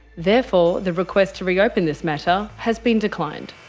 therefore the request to re-open this matter has been declined.